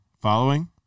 following